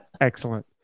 excellent